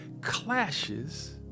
clashes